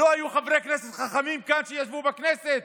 לא היו חברי כנסת חכמים כאן שישבו בכנסת?